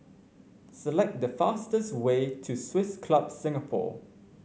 select the fastest way to Swiss Club Singapore